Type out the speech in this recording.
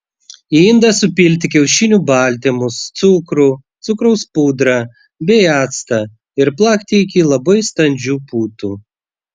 į indą supilti kiaušinių baltymus cukrų cukraus pudrą bei actą ir plakti iki labai standžių putų